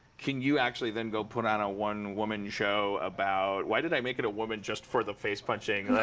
can you actually then go put on a one-woman show about why did i make it a woman just for the face punching?